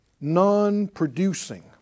non-producing